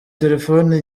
telefoni